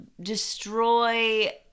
destroy